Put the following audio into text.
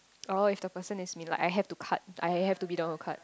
oh if the person is me like I have to cut I have to be the one who cut